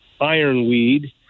ironweed